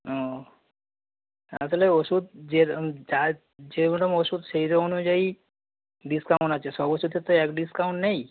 ও আসলে ওষুধ যে যা যেরকম ওষুধ সেইরম অনুযায়ী ডিসকাউন্ট আছে সব ওষুধ তো এক ডিসকাউন্ট নেই